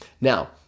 Now